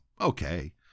okay